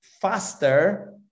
faster